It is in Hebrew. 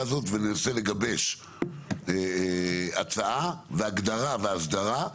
הזאת וננסה לגבש הצעה והגדרה ואסדרה,